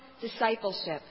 discipleship